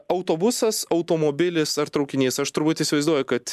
autobusas automobilis ar traukinys aš turbūt įsivaizduoju kad